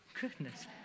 Goodness